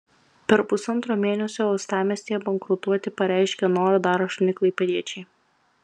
per pusantro mėnesio uostamiestyje bankrutuoti pareiškė norą dar aštuoni klaipėdiečiai